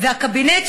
והקבינט,